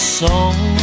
song